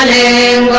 a